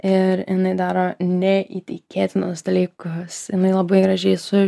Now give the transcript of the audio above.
ir jinai daro neįtikėtinus dalykas jinai labai gražiai su